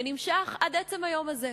ונמשך עד עצם היום הזה.